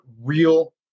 real